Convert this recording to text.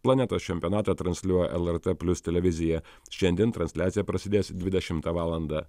planetos čempionatą transliuoja lrt plius televizija šiandien transliacija prasidės dvidešimtą valandą